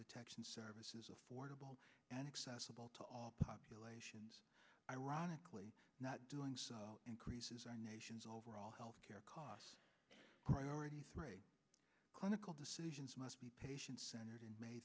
detection services affordable and accessible to all populations ironically not doing so increases our nation's overall health care costs priorities clinical decisions must be patient centered and ma